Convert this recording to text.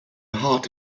heart